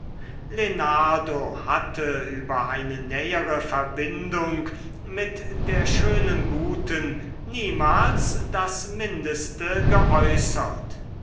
hatte über eine nähere verbindung mit der schönen guten niemals das mindeste geäußert